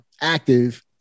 active